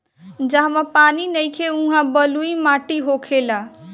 जहवा पानी नइखे उहा बलुई माटी होखेला